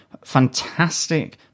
fantastic